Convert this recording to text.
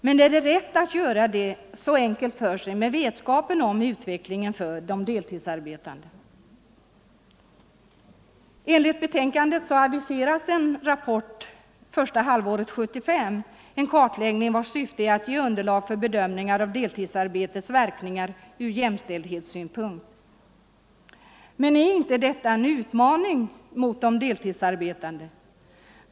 Men är det rätt att göra det så enkelt för sig när man har vetskap om utvecklingen för de deltidsarbetande? Enligt betänkandet aviseras en rapport första halvåret 1975, en kartläggning vars syfte är att ge underlag för bedömningar av deltidsarbetets verkningar ur jämställdhetssynpunkt. Men är inte detta en utmaning mot de deltidsarbetande?